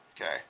okay